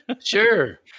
Sure